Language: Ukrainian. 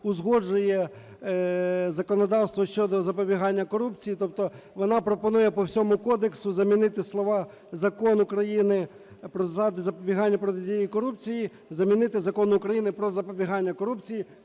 узгоджує законодавство щодо запобігання корупції. Тобто вона пропонує по всьому кодексу замінити слова "Закон України "Про засади запобігання і протидії корупції" замінити "Закон України "Про запобігання корупції",